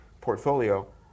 portfolio